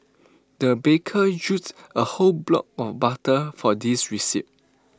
the baker used A whole block of butter for this recipe